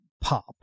pop